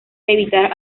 evitar